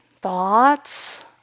thoughts